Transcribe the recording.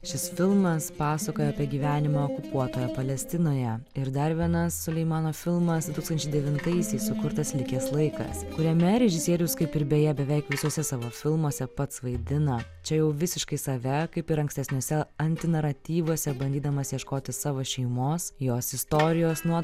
šis filmas pasakoja apie gyvenimą okupuotoje palestinoje ir dar vienas suleimano filmas du tūkstančiai devintaisiais sukurtas likęs laikas kuriame režisierius kaip ir beje beveik visuose savo filmuose pats vaidina čia jau visiškai save kaip ir ankstesnėse ant naratyvuose bandydamas ieškoti savo šeimos jos istorijos nuo